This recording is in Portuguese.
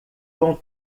com